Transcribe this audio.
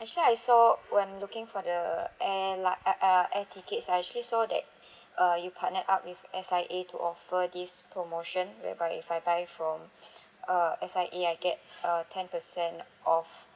actually I saw when looking for the air la~ uh uh air tickets I actually saw that uh you partnered up with S_I_A to offer this promotion whereby if I buy from uh S_I_A I get a ten percent off